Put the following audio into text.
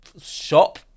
shop